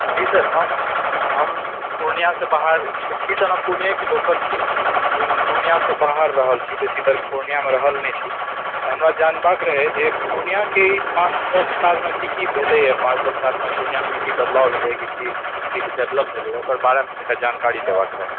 जी sir हम हम पूर्णियासँ बाहर मतलब छी तऽ पूर्णियेके लोकल छी लेकिन हम पूर्णियासँ बाहर रहल छी बेसीतर पूर्णियामे रहल नहि छी हमरा जानबाक रहै जे पूर्णियाके ई पाँच दश सालमे की की भेलैए पाँच दश सालमे पूर्णियामे की की बदलाव भेलै की की चीज डेवलप भेलै ओकर बारेमे कनिटा जानकारी लेबएके रहऽ